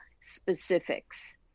specifics